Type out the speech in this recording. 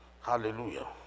Hallelujah